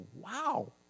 wow